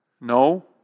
No